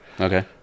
Okay